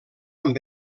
amb